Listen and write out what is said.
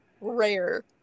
rare